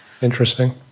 Interesting